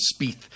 Spieth